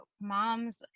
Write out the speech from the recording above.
moms